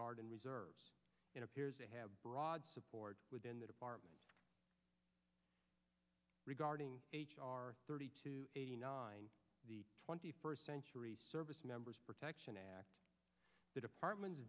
guard and reserves in appears to have broad support within the department regarding h r thirty two eighty nine the twenty first century servicemembers protection act that apartment